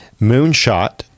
moonshot